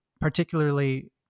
particularly